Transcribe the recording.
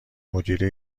مدیره